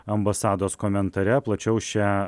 ambasados komentare plačiau šią